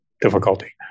difficulty